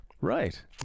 Right